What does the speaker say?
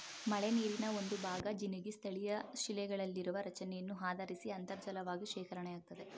ಮಳೆನೀರಿನ ಒಂದುಭಾಗ ಜಿನುಗಿ ಸ್ಥಳೀಯಶಿಲೆಗಳಲ್ಲಿರುವ ರಚನೆಯನ್ನು ಆಧರಿಸಿ ಅಂತರ್ಜಲವಾಗಿ ಶೇಖರಣೆಯಾಗ್ತದೆ